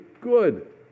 good